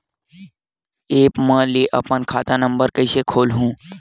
App म ले अपन खाता नम्बर कइसे खोलहु?